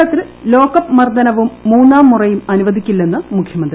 കേരളത്തിൽ ലോക്കെപ്പ് മർദ്ദനവും മൂന്നാംമുറയും ന് അനുവദിക്കില്ലെന്ന് മുഖ്യമന്ത്രി